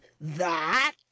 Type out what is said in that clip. that